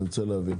אני רוצה להבין.